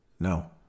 No